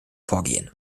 vorgehen